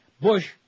Bush